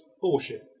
Bullshit